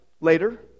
later